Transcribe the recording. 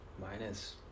minus